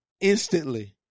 instantly